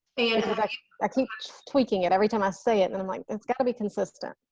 and i keep tweaking it every time i say it and um like it's gotta be consistent.